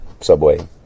subway